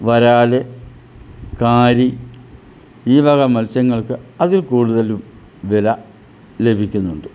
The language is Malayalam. വരാൽ കാരി ഈ വക മത്സ്യങ്ങൾക്ക് അതിൽ കൂടുതലും വില ലഭിക്കുന്നുണ്ട്